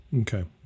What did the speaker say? okay